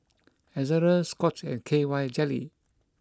Ezerra Scott's and K Y Jelly